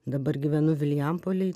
dabar gyvenu vilijampolėj